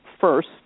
first